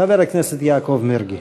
חבר הכנסת יעקב מרגי.